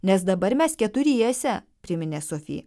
nes dabar mes keturiese priminė sofi